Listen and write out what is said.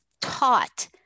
taught